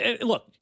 look